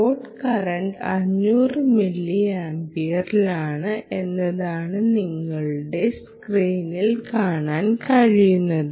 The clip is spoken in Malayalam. ലോഡ് കറന്റ് 500 മില്ലിയാംപിയറിലാണ് എന്നതാണ് നിങ്ങളുടെ സ്ക്രീനിൽ കാണാൻ കഴിയുന്നത്